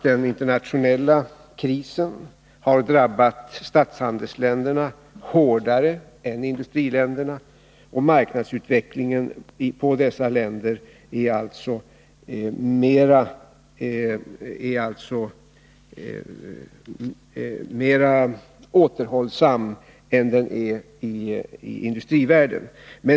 Den internationella krisen har drabbat statshandelsländerna hårdare än industriländerna, och marknadsutvecklingen i dessa länder är alltså mer återhållsam än den är i industrivärlden.